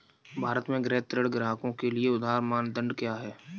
भारत में गृह ऋण ग्राहकों के लिए उधार मानदंड क्या है?